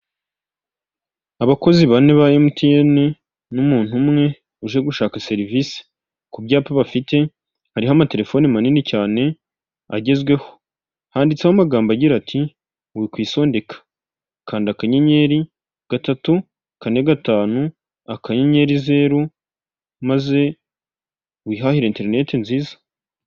Abakozi bane ba emutiyene n'umuntu umwe uje gushaka serivisi, ku byapa bafite hariho amatelefone manini cyane agezweho, handitseho amagambo agira ati wikwisondeka, kanda akanyenyeri gatatu, kane gatanu, akanyenyeri zeru maze wihahire interineti nziza.